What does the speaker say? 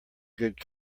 good